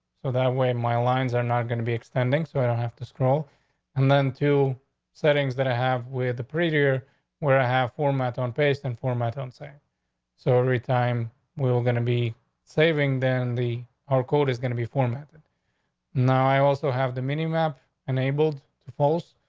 so that way my lines are not going to be extending. so i don't have to scroll and then two settings that i have with the prettier where i have four months on paste and form. i don't say so every time we were gonna be saving than the r code is gonna be formatted now. i also have the meaning map enabled to false.